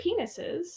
penises